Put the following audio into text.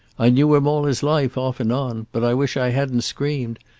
i knew him all his life, off and on. but i wish i hadn't screamed.